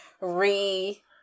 re